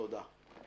תודה.